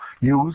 use